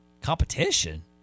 Competition